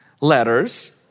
letters